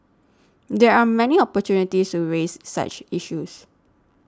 there are many opportunities to raise such issues